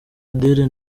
adele